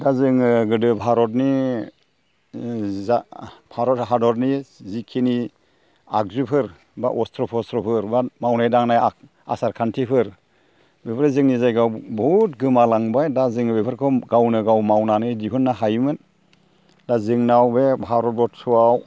दा जोङो गोदो भारतनि जा भारत हादरनि जिखिनि आगजुफोर बा अस्त्र' थस्त्र'फोर बा मावनाय दांनाय आसार खान्थिफोर बेफोरो जोंनि जायगायाव बहुद गोमालांबाय दा जोङो बेफोरखौ गावनो गाव मावनानै दिहुननो हायोमोन दा जोंनाव बे भारत बरस'आव